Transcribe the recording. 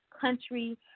country